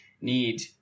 need